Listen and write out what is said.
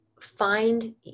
find